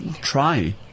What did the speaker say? Try